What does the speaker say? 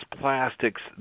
plastics